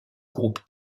groupe